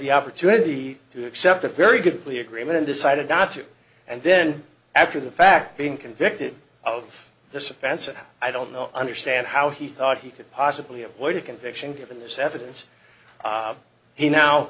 the opportunity to accept a very good plea agreement and decided not to and then after the fact being convicted of this offense i don't know understand how he thought he could possibly avoid a conviction given this evidence he now